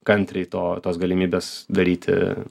kantriai to tos galimybės daryti